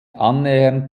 annähernd